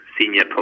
senior